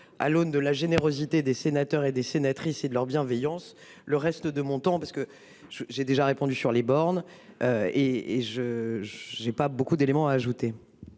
à l'aune de la générosité des sénateurs et des sénatrices et de leur bienveillance. Le reste de mon temps parce que je j'ai déjà répondu sur les bornes. Et et je j'ai pas beaucoup d'éléments à ajouter.